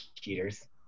Cheaters